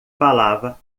falava